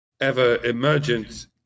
ever-emergent